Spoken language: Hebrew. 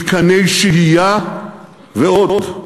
מתקני שהייה ועוד.